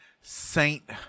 Saint